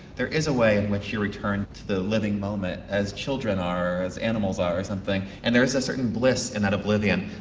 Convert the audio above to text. there is a way in which return to the living moment as children are, as animals are or something and there's a certain bliss in that oblivion.